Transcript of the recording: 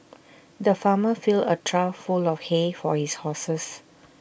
the farmer filled A trough full of hay for his horses